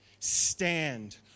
stand